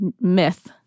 myth